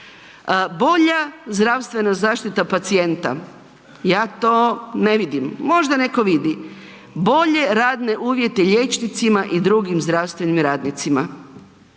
Bolja zdravstvena zaštita pacijenta, ja to ne vidim, možda netko vidi. Bolje radne uvjete liječnicima i drugim zdravstvenim radnicima,